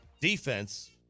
defense